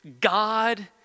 God